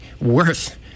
worth